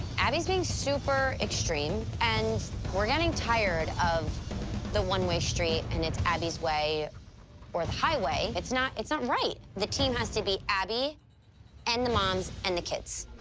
abby's being super extreme. and we're getting tired of the one-way street, and it's abby's way or the highway. it's not it's not right. the team has to be abby and the moms and the kids.